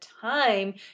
time